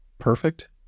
perfect